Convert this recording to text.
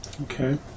Okay